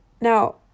Now